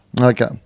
Okay